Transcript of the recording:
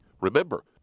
Remember